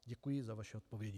Děkuji za vaše odpovědi.